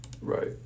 right